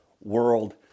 world